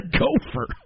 gopher